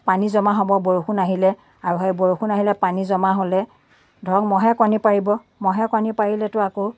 পানী জমা হ'ব বৰষুণ আহিলে আৰু সেই বৰষুণ আহিলে পানী জমা হ'লে ধৰক মহে কণী পাৰিব মহে কণী পাৰিলেতো আকৌ